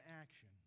action